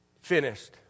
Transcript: Finished